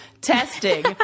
testing